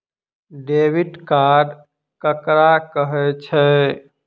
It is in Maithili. डेबिट कार्ड ककरा कहै छै?